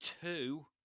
two